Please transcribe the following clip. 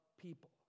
people